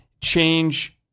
change